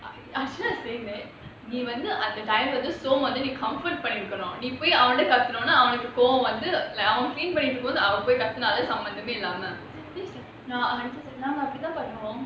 ashina is saying that நீ வந்து அந்த:nee vanthu antha time leh comfort பண்ணிருக்கணும்:pannirukanum like நீ போயி அவன் கிட்ட கத்துன உடனே அவனுக்கு கோபம் வந்து சம்மந்தமே இல்லாம நான் நெனச்சேன் நாம அப்படித்தானே பண்றோம்:nee poi avan kita kathuna udanae avanukku kobam vanthu sammanthame ilama nan nenachaen namma apdithanae pandrom